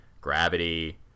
gravity